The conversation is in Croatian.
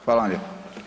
Hvala vam lijepo.